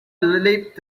leapt